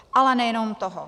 Ale nejenom toho.